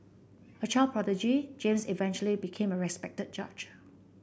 a child prodigy James eventually became a respected judge